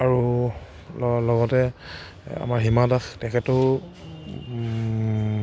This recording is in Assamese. আৰু ল লগতে আমাৰ হিমা দাস তেখেতো